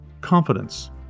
confidence